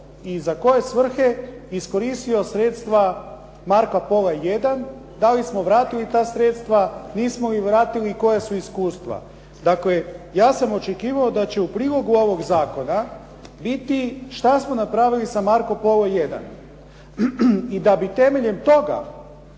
i za koje svrhe iskoristio sredstva "Marca Pola I", da li smo vratili ta sredstva, nismo li vratili i koja su iskustva? Dakle, ja sam očekivao da će u prilogu ovog zakona biti što smo napravili sa "Marco Polo I" i da bi temeljem toga